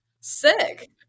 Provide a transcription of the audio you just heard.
sick